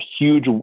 huge